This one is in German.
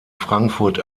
frankfurt